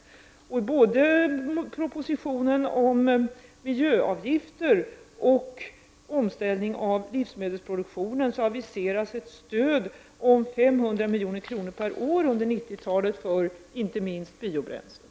Och både i propositionen om miljöavgifter och i propositionen om omställning av livsmedelsproduktionen aviseras ett stöd om 500 milj.kr. per år under 90-talet för inte minst biobränslen.